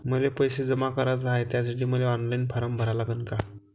मले पैसे जमा कराच हाय, त्यासाठी मले ऑनलाईन फारम भरा लागन का?